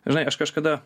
žinai aš kažkada